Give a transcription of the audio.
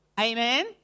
Amen